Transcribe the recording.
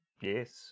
Yes